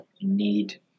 need